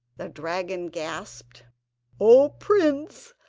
the dragon gasped o prince,